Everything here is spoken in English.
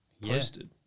posted